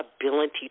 ability